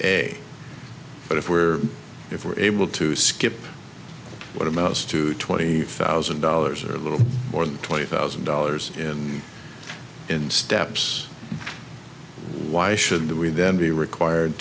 what if where if we're able to skip what amounts to twenty thousand dollars or a little more than twenty thousand dollars in insteps why should we then be required